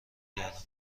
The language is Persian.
گردم